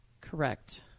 Correct